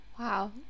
wow